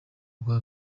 aguha